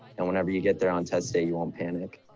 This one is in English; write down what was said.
and whenever you get there on test day, you won't panic.